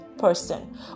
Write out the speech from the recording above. Person